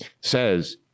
says